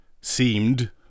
seemed